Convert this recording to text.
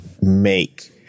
make